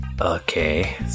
Okay